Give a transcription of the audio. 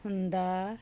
ਹੁੰਦਾ